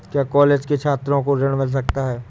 क्या कॉलेज के छात्रो को ऋण मिल सकता है?